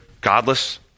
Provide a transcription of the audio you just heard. godless